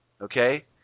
okay